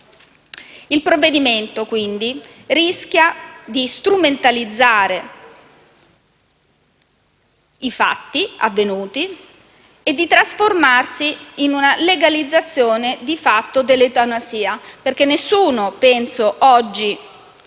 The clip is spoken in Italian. Il provvedimento, quindi, rischia di strumentalizzare i fatti avvenuti e di trasformarsi in una legalizzazione di fatto dell'eutanasia. Penso che oggi